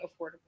affordable